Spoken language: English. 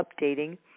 updating